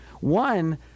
one